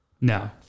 No